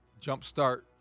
jumpstart